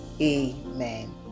Amen